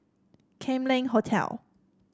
Kam Leng Hotel